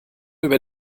über